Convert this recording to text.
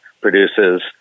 produces